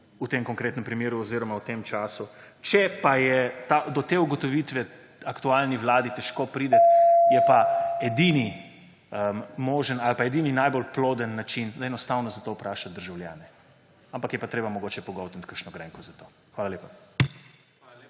v tem konkretnem primeru oziroma v tem času. Če pa je do te ugotovitve aktualni vladi težko priti, je pa edini možen ali pa edini najbolj ploden način, da enostavno za to vpraša državljane, ampak je pa treba mogoče pogoltniti kakšno grenko za to. Hvala lepa.